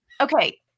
Okay